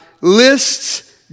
lists